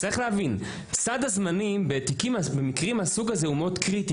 צריך להבין שסד הזמנים בתיקים מהסוג הזה הוא מאוד קריטי